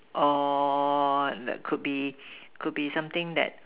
or that could be could be something that